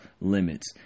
limits